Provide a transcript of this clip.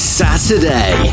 saturday